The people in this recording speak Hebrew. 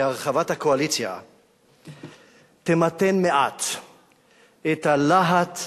שהרחבת הקואליציה תמתן מעט את הלהט,